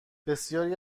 بسیاری